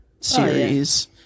series